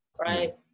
right